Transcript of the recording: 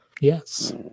yes